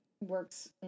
works